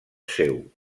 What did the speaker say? seu